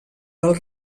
del